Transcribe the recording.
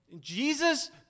Jesus